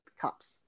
cups